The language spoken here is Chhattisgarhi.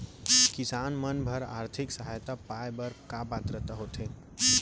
किसान मन बर आर्थिक सहायता पाय बर का पात्रता होथे?